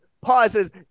pauses